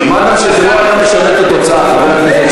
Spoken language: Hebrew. מה גם שזה לא היה משנה את התוצאה,